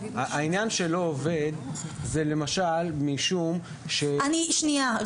העניין של לא עובד זה למשל משום ש --- שנייה,